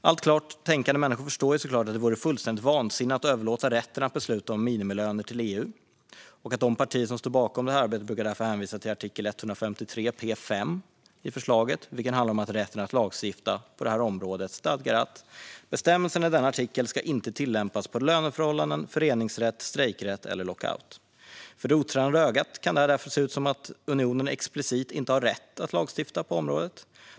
Alla klart tänkande människor förstår såklart att det vore fullständigt vansinne att överlåta rätten att besluta om minimilöner till EU, och de partier som står bakom detta arbete brukar därför hänvisa till artikel 153.5 i fördraget, som handlar om rätten att lagstifta på det här området och stadgar: "Bestämmelserna i denna artikel ska inte tillämpas på löneförhållanden, föreningsrätt, strejkrätt eller rätt till lockout." För det otränade ögat kan det därför se ut som att unionen explicit inte har rätt att lagstadga på området.